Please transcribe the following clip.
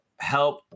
help